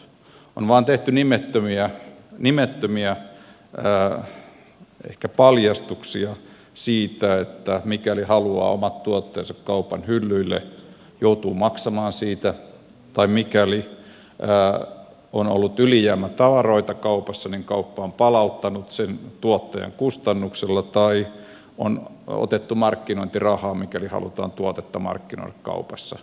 on vain tehty nimettömiä paljastuksia siitä että mikäli haluaa omat tuotteensa kaupan hyllyille joutuu maksamaan siitä tai mikäli on ollut ylijäämätavaroita kaupassa niin kauppa on palauttanut ne tuottajan kustannuksella tai on otettu markkinointirahaa mikäli halutaan tuotetta markkinoida kaupassa